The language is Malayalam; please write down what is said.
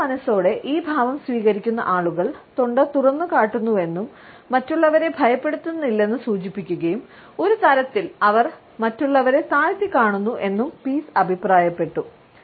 ഉപബോധമനസ്സോടെ ഈ ഭാവം സ്വീകരിക്കുന്ന ആളുകൾ തൊണ്ട തുറന്നുകാട്ടുന്നുവെന്നും മറ്റുള്ളവരെ ഭയപ്പെടുന്നില്ലെന്ന് സൂചിപ്പിക്കുകയും ഒരു തരത്തിൽ അവർ മറ്റുള്ളവരെ താഴ്ത്തി കാണുന്നു എന്നും പീസ് അഭിപ്രായപ്പെട്ടു